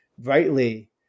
rightly